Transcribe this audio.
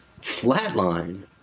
flatline